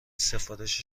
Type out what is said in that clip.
سفارش